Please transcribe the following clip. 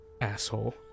Asshole